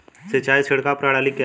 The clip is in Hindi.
सिंचाई छिड़काव प्रणाली क्या है?